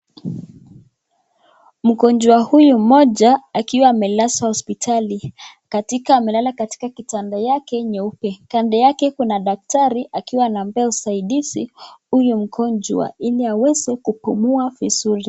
Mgonjwa huyu mmoja akiwa amelazwa hospitali amelala katika kitanda yake nyeupe. Kando yake kuna daktari akiwa anampea usaidizi huyu mgonjwa ili aweze kupumua vizuri.